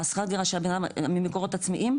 השכר דירה ממקורות עצמיים?